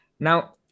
Now